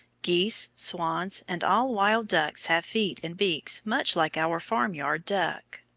geese, swans, and all wild ducks have feet and beaks much like our farmyard duck.